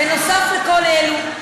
נוסף על כל אלה,